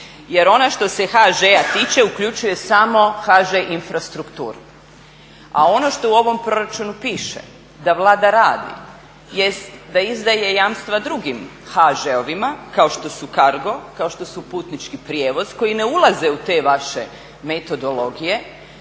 Jer ona što se HŽ-a tiče uključuje samo HŽ Infrastrukturu. A ono što u ovom proračunu piše da Vlada radi jest da izdaje jamstva drugim HŽ-ovima kao što su Cargo, kao što su Putnički prijevoz koji ne ulaze u te vaše metodologije,